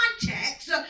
context